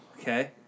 Okay